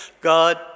god